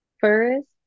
first